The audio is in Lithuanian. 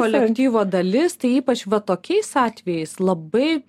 kolektyvo dalis tai ypač va tokiais atvejais labai